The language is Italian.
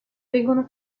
vengono